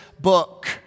book